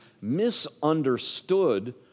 misunderstood